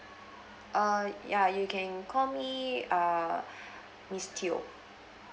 err ya you can call me err miss teo